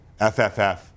FFF